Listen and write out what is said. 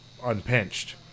unpinched